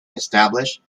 established